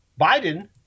Biden